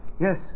Yes